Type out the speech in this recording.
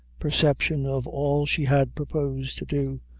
perception of all she had proposed to do,